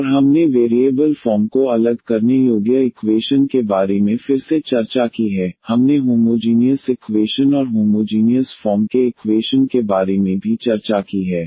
और हमने variable form को अलग करने योग्य इक्वेशन के बारे में फिर से चर्चा की है हमने होमोजीनियस इक्वेशन और होमोजीनियस फॉर्म के इकवेशन के बारे में भी चर्चा की है